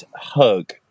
hug